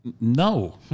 no